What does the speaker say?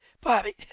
bobby